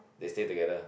they stay together